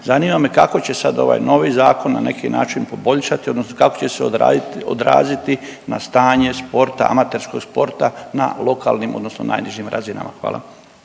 Zanima me kako će sad ovaj novi Zakon na neki način poboljšati odnosno kako će se odraziti na stanje sporta, amaterskog sporta na lokalnim odnosno najnižim razinama? Hvala.